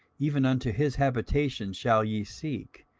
even unto his habitation shall ye seek,